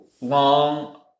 long